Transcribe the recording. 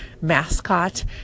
mascot